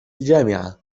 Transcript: الجامعة